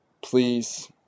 please